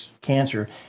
cancer